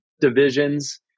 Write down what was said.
divisions